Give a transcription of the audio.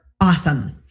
awesome